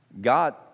God